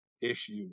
issue